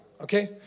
okay